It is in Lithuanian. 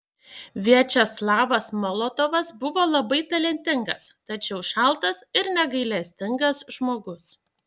viačeslavas molotovas buvo labai talentingas tačiau šaltas ir negailestingas žmogus